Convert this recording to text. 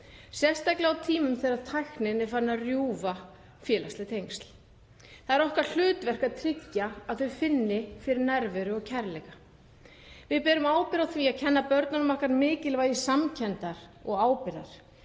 sérstaklega á tímum þegar tæknin er farin að rjúfa félagsleg tengsl. Það er okkar hlutverk að tryggja að þau finni fyrir nærveru og kærleika. Við berum ábyrgð á því að kenna börnunum okkar mikilvægi samkenndar og ábyrgðar,